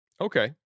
Okay